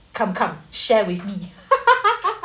come come share with me